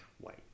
white